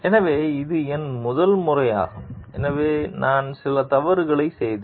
எனவே இது என் முதல் முறையாகும் எனவே நான் சில தவறுகளை செய்தேன்